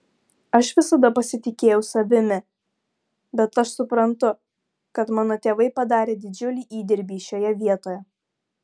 aš visada pasitikėjau savimi bet aš suprantu kad mano tėvai padarė didžiulį įdirbį šioje vietoje